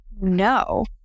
no